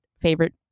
favorite